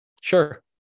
sure